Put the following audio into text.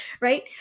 right